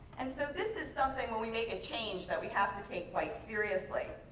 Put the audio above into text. and so this is something when we make a change that we have to take quite seriously.